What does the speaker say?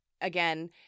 again